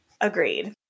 Agreed